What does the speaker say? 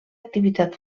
activitat